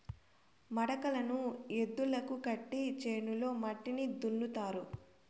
మడకలను ఎద్దులకు కట్టి చేనులో మట్టిని దున్నుతారు